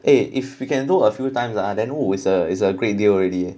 eh if we can do a few times ah then it's a it's a great deal already